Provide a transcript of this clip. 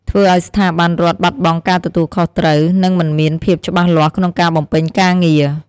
ធ្វើឱ្យស្ថាប័នរដ្ឋបាត់បង់ការទទួលខុសត្រូវ និងមិនមានភាពច្បាស់លាស់ក្នុងការបំពេញការងារ។